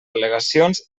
al·legacions